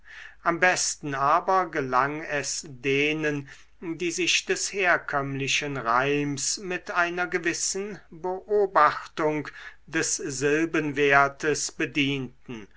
am besten aber gelang es denen die sich des herkömmlichen reims mit einer gewissen beobachtung des silbenwertes bedienten